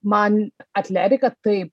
man atletika tai